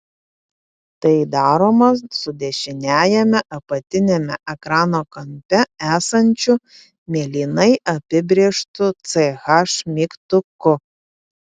tai daroma su dešiniajame apatiniame ekrano kampe esančiu mėlynai apibrėžtu ch mygtuku